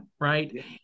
Right